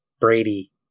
Brady